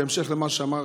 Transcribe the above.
בהמשך למה שאמר